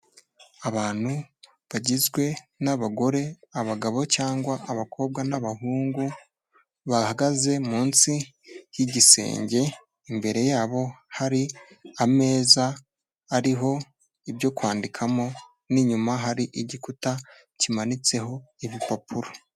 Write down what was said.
Abantu bagizwe n'abagore, abagabo cyangwa abakobwa n'abahungu, bahagaze munsi y'igisenge, imbere yabo hari ameza, ariho ibyo kwandikamo, n'inyuma hari igikuta kimanitseho, ibipapuro.